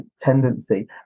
tendency